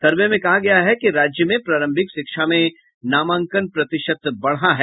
सर्वे में कहा गया है कि राज्य में प्रारंभिक शिक्षा में नामांकन प्रतिशत बढ़ा है